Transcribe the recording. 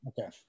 Okay